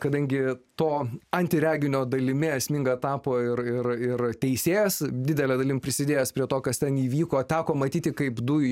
kadangi to antireginio dalimi esmingą tapo ir ir ir teisėjas didele dalimi prisidėjęs prie to kas ten įvyko teko matyti kaip du